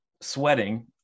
sweating